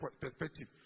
perspective